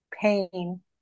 Pain